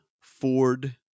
Ford